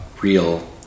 real